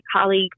colleague